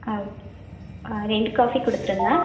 ஆ okay ரெண்டு coffee கொடுத்துருங்க